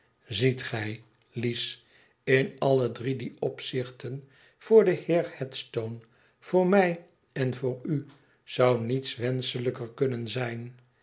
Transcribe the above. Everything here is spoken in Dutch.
ziet gij lies m alle drie die opzichten voor den heer headstone voor mij en voor u zou niets wenschelijker kunnen zijn